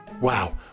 Wow